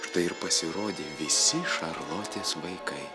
štai ir pasirodė visi šarlotės vaikai